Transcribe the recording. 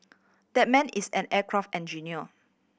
that man is an aircraft engineer